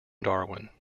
darwin